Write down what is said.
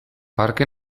parke